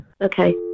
Okay